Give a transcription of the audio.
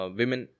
women